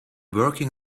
working